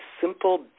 simple